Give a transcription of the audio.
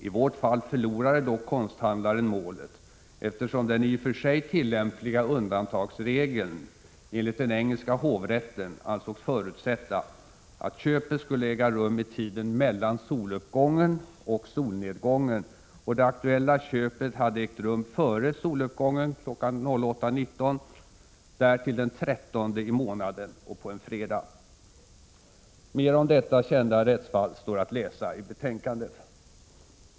I vårt fall förlorade dock konsthandlaren målet, eftersom den i och för sig tillämpliga undantagsregeln enligt den engelska hovrätten ansågs förutsätta att köpet skulle äga rum i tiden mellan soluppgången och solnedgången och det aktuella köpet hade ägt rum före soluppgången, kl. 08.19, därtill den 13 i månaden och på en fredag. Mera om detta kända rättsfall står att läsa i betänkandet.